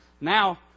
Now